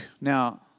Now